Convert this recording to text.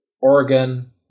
Oregon